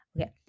okay